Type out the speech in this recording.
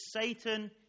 Satan